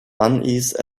unease